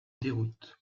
déroute